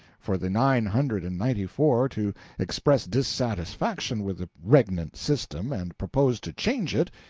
for the nine hundred and ninety-four to express dissatisfaction with the regnant system and propose to change it,